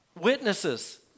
witnesses